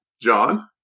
John